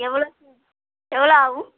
எவ்வளோ சார் எவ்வளோ ஆகும்